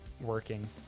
working